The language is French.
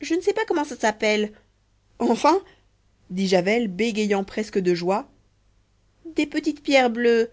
je ne sais pas comment ça s'appelle enfin dit javel bégayant presque de joie des petites pierres bleues